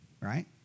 right